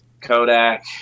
Kodak